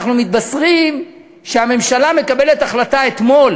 אנחנו מתבשרים שהממשלה מקבלת אתמול